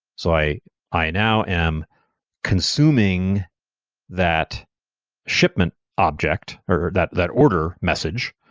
so i i now am consuming that shipment object or that that order message,